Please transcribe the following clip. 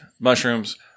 mushrooms